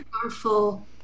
powerful